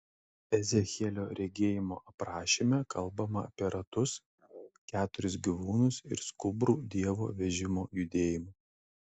ezechielio regėjimo aprašyme kalbama apie ratus keturis gyvūnus ir skubrų dievo vežimo judėjimą